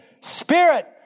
Spirit